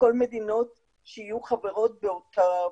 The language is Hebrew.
חיסון במדינת ישראל וראש ועדת ההיגוי לחיסון בשותפות עם